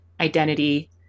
identity